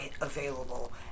available